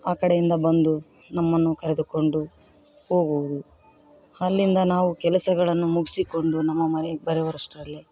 ಆ ಕಡೆಯಿಂದ ಬಂದು ನಮ್ಮನ್ನು ಕರೆದುಕೊಂಡು ಹೋಗುವುದು ಅಲ್ಲಿಂದ ನಾವು ಕೆಲಸಗಳನ್ನು ಮುಗಿಸಿಕೊಂಡು ನಮ್ಮ ಮನೆಗೆ ಬರುವರಷ್ಟರಲ್ಲಿ